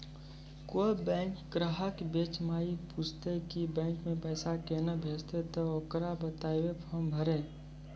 कोय बैंक ग्राहक बेंच माई पुछते की बैंक मे पेसा केना भेजेते ते ओकरा बताइबै फॉर्म भरो